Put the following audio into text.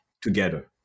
together